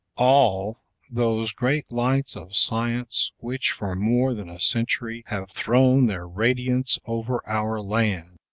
all those great lights of science which, for more than a century, have thrown their radiance over our land!